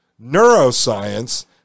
neuroscience